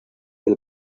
del